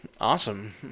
Awesome